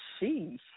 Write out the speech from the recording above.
Sheesh